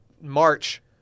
March